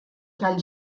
tal